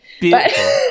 Beautiful